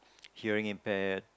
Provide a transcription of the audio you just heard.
hearing impaired